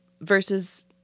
versus